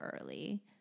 early